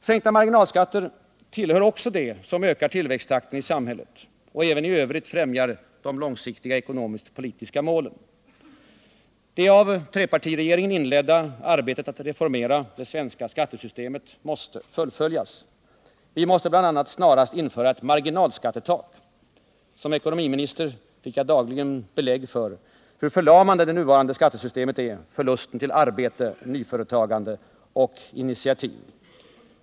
Sänkta marginalskatter tillhör också det som ökar tillväxttakten i samhället och även i övrigt främjar de långsiktiga ekonomisk-politiska målen. Det av trepartiregeringen inledda arbetet med att reformera det svenska skattesystemet måste fullföljas. Vi måste bl.a. snarast införa ett marginalskattetak. Som ekonomiminister fick jag dagligen belägg för hur förlamande det nuvarande skattesystemet är för lusten till arbete, nyföretagande och initiativ.